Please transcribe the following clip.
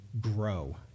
grow